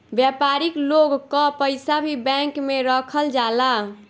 व्यापारिक लोग कअ पईसा भी बैंक में रखल जाला